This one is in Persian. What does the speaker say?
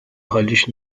حالیش